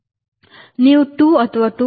ನೀವು 2 ಅಥವಾ 2